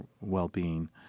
well-being